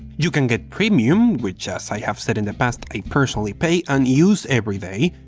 you can get premium, which as i have said in the past i personally pay and use every day,